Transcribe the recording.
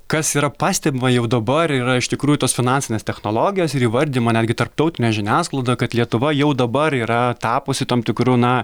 kas yra pastebima jau dabar yra iš tikrųjų tos finansinės technologijos ir įvardijama netgi tarptautinė žiniasklaida kad lietuva jau dabar yra tapusi tam tikru na